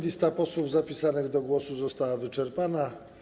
Lista posłów zapisanych do głosu została wyczerpana.